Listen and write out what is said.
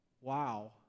wow